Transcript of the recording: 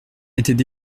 étaient